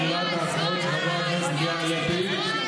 מגילת העצמאות של חבר הכנסת יאיר לפיד,